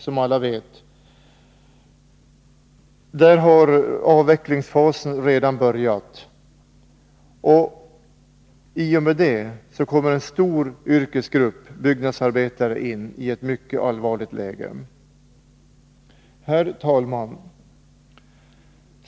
Som alla vet har avvecklingsfasen redan börjat där, och i och med det kommer en stor yrkesgrupp, dvs. byggnadsarbetarna, i ett mycket allvarligt läge. Herr talman!